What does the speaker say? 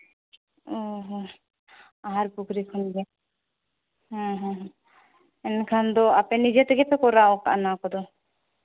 ᱚ ᱦᱚᱸ ᱟᱦᱟᱨ ᱯᱩᱠᱷᱨᱤ ᱠᱷᱚᱱ ᱜᱮ ᱦᱮᱸ ᱦᱮᱸ ᱮᱱᱠᱷᱟᱱ ᱫᱚ ᱟᱯᱮ ᱱᱤᱡᱮ ᱛᱮᱜᱮ ᱯᱮ ᱠᱚᱨᱟᱣᱟ ᱠᱟᱜᱼᱟ ᱱᱚᱣᱟ ᱠᱚᱫᱚ